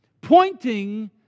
pointing